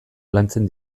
lantzen